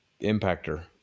impactor